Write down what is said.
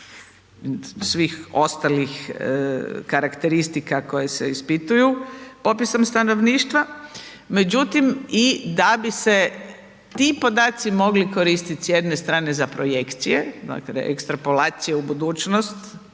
svih ostalih karakteristika koje se ispituju popisom stanovništva, međutim i da bi se ti podaci mogli koristit s jedne strane za projekcije, …/Govornik se ne razumije/… ekstrapolacije u budućnost